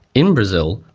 in brazil,